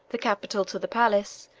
the capital to the palace,